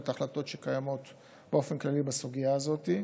ההחלטות שקיימות באופן כללי בסוגיה הזאת.